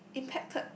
impacted